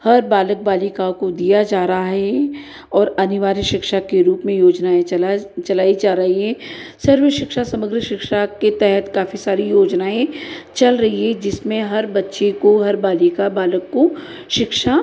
हर बालक बालिकाओं को दिया जा रहा है और अनिवार्य शिक्षा के रूप में योजनाएँ चला चलाई जा रही हैं सर्व शिक्षा समग्र शिक्षा के तहत काफ़ी सारी योजनाएँ चल रही है जिसमें हर बच्चे को हर बालिका बालक को शिक्षा